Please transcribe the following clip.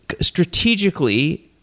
strategically